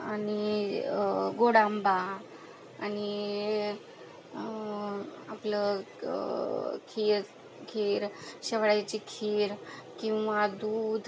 आणि गोडांबा आणि आपलं खीर खीर शेवळ्याची खीर किंवा दूध